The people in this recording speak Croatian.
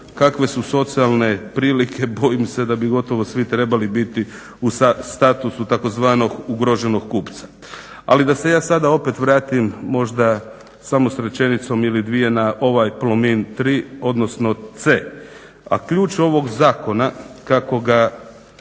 Kakve su socijalne prilike bojim se da bi gotovo svi trebali biti u statusu tzv. ugroženog kupca. Ali, da se ja sada opet vratim, možda samo s rečenicom ili dvije na ovaj Plomin 3, odnosno C. A ključ ovog zakona, kako ga